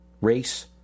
race